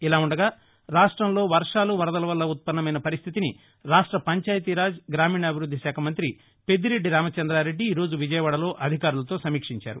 ఇలా వుండగా రాష్ట్రంలో వర్షాలు వరదల వల్ల ఉత్పన్నమైన పరిస్దితిని రాష్ట్ర పంచాయితీరాజ్ గ్రామీణాభివృద్ది శాఖ మంత్రి పెద్దిరెడ్డి రామచంద్రారెడ్డి ఈ రోజు విజయవాడలో అధికారులతో సమీక్షించారు